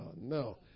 no